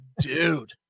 dude